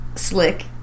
Slick